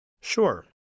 Sure